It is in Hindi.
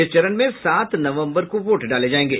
इस चरण में सात नवम्बर को वोट डाले जायेंगे